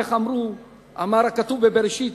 איך אמר הכתוב בבראשית: